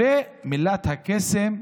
מכרת את הנגב לאחים המוסלמים.